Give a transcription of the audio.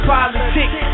Politics